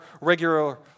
regular